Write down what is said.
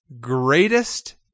greatest